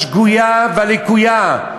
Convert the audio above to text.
השגויה והלקויה.